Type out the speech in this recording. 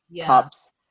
tops